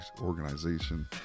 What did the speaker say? organization